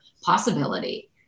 possibility